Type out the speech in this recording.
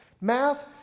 Math